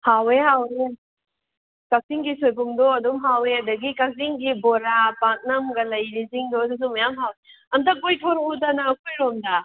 ꯍꯥꯎꯋꯦ ꯍꯥꯎꯋꯦ ꯀꯛꯆꯤꯡꯒꯤ ꯁꯣꯏꯕꯨꯝꯗꯣ ꯑꯗꯨꯝ ꯍꯥꯎꯋꯦ ꯑꯗꯒꯤ ꯀꯛꯆꯤꯡꯒꯤ ꯕꯣꯔꯥ ꯄꯥꯛꯅꯝꯒ ꯂꯩꯔꯤꯁꯤꯡꯗꯣ ꯑꯗꯨꯁꯨ ꯃꯌꯥꯝ ꯍꯥꯎꯏ ꯑꯃꯨꯛꯇ ꯀꯣꯏꯊꯣꯛꯔꯛꯎꯗꯅ ꯑꯩꯈꯣꯏꯔꯣꯝꯗ